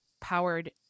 powered